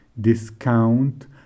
discount